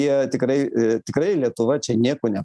jie tikrai tikrai lietuva čia nieko ne